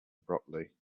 abruptly